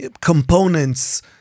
components